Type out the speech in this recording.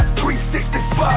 365